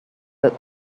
that